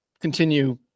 continue